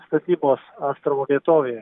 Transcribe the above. statybos astravo vietovėje